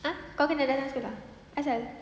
ah kau kena datang sekolah asal